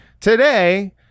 today